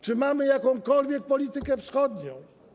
Czy mamy jakąkolwiek politykę wschodnią?